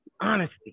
honesty